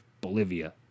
Bolivia